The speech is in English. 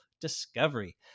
discovery